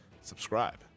subscribe